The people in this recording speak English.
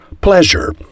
pleasure